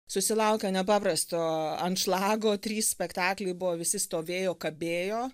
susilaukė nepaprasto anšlago trys spektakliai buvo visi stovėjo kabėjo